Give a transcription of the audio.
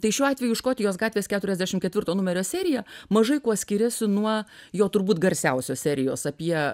tai šiuo atveju škotijos gatvės keturiasdešimt ketvirto numerio serija mažai kuo skiriasi nuo jo turbūt garsiausios serijos apie